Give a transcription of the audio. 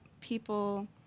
people